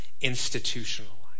institutionalized